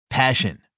Passion